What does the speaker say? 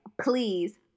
please